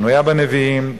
שנויה בנביאים,